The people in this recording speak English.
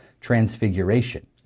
transfiguration